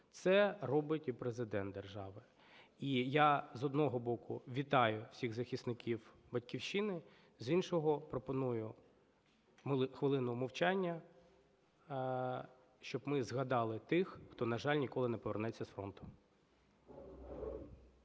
Це робить і Президент держави. І я, з одного боку, вітаю всіх захисників Батьківщини, з іншого, пропоную хвилиною мовчання, щоб ми згадали тих, хто, на жаль ніколи не повернеться з фронту.